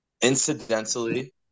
incidentally